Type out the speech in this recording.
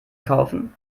kaufen